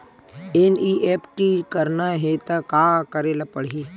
NEFT करना हे त का करे ल पड़हि?